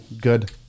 Good